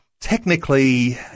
technically